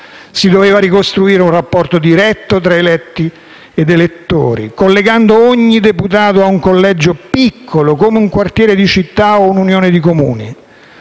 Si doveva ricostruire un rapporto diretto tra eletti ed elettori, collegando ogni deputato a un collegio piccolo come un quartiere di città o una unione di Comuni.